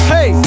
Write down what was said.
Hey